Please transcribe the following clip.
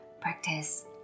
Practice